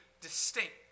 distinct